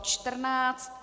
14.